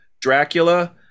Dracula